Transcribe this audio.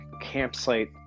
campsite